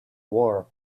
war